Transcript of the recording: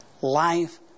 life